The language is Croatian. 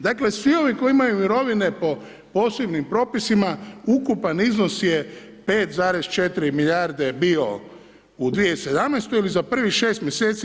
Dakle, svi ovi koji imaju mirovine po posebnim propisima, ukupan iznos je 5,4 milijarde bio u 2017. ili za prvih 6 mj.